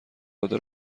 داده